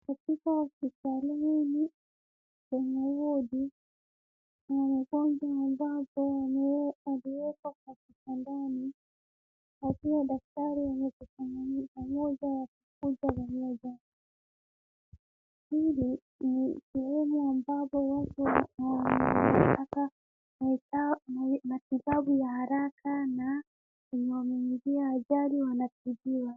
Katika hospitalini kwenye wodi na mgonjwa ambapo aliwekwa kwa kitandani. Akiwa daktari anamfananiko mmoja baada ya mmoja. Hivi ni sehemu ambapo watu wanapata matibabu ya haraka na walioingia ajali wanatibiwa.